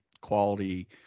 quality